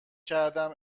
کردم